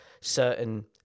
certain